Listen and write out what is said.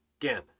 again